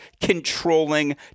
controlling